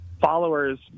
followers